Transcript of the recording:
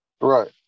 Right